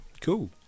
Cool